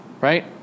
Right